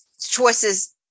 choices